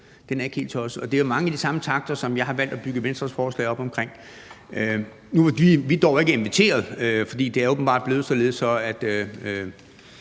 Det er ikke helt tosset, og det er jo mange af de samme takter, som jeg har valgt at bygge Venstres forslag op omkring. Nu var vi dog ikke inviteret, fordi det åbenbart er blevet således, at